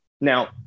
now